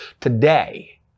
today